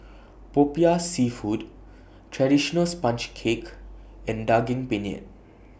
Popiah Seafood Traditional Sponge Cake and Daging Penyet